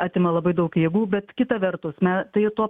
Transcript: atima labai daug jėgų bet kita vertus me tai tuo